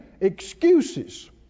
excuses